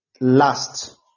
Last